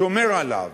שומר עליו.